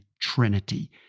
trinity